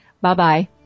Bye-bye